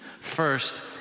First